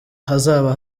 hazaba